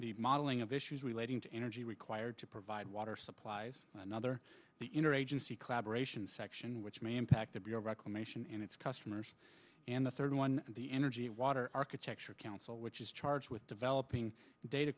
one modeling of issues relating to energy required to provide water supplies another the interagency collaboration section which may impact the reclamation and its customers and the third one the energy water architecture council which is charged with developing data